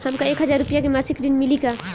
हमका एक हज़ार रूपया के मासिक ऋण मिली का?